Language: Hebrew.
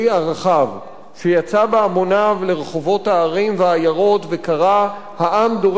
שיצא בהמוניו לרחובות הערים והעיירות וקרא "העם דורש צדק חברתי",